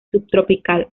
subtropical